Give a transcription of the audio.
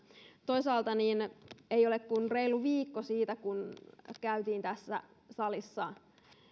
toisaalta ei ole kuin reilu viikko siitä kun tässä salissa käytiin